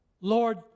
Lord